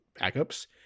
backups